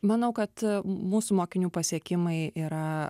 manau kad mūsų mokinių pasiekimai yra